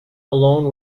alone